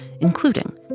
including